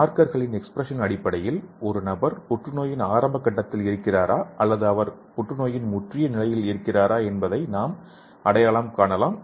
மார்கர்களின் expression அடிப்படையில் ஒரு நபர் புற்றுநோயின் ஆரம்ப கட்டத்தில் இருக்கிறாரா அல்லது அவர் புற்றுநோயின் முற்றிய நிலையில் உள்ளாரா என்பதை நாம் அடையாளம் காணலாம்